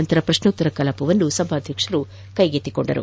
ನಂತರ ಪ್ರಶ್ನೋತ್ತರ ಕಲಾಪವನ್ನು ಸಭಾಧ್ಯಕ್ಷರು ಕೈಗೆತ್ತಿಕೊಂಡರು